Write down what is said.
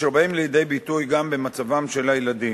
אשר באים לידי ביטוי גם לגבי מצבם של הילדים.